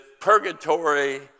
purgatory